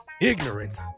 Ignorance